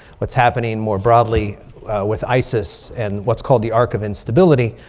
what's happening more broadly with isis and what's called the arc of instability.